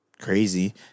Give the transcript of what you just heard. crazy